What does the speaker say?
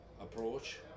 approach